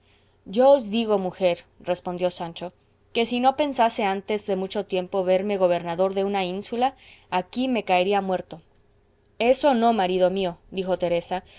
os digo mujer respondió sancho que si no pensase antes de mucho tiempo verme gobernador de una ínsula aquí me caería muerto eso no marido mío dijo teresa